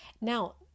Now